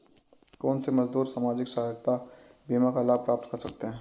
कौनसे मजदूर सामाजिक सहायता बीमा का लाभ प्राप्त कर सकते हैं?